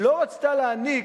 לא רצתה להעניק,